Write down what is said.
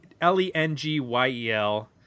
L-E-N-G-Y-E-L